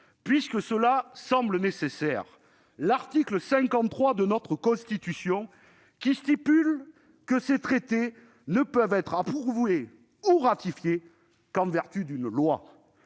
puisque cela semble nécessaire, l'article 53 de notre Constitution, qui dispose que ces traités « ne peuvent être approuvés ou ratifiés qu'en vertu d'une loi